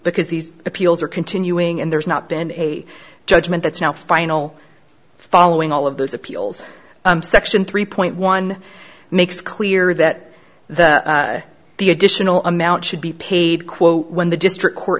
because these appeals are continuing and there's not been a judgement that's now final following all of those appeals section three point one makes clear that the the additional amount should be paid quote when the district court